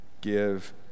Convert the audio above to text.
give